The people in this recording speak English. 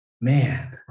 Man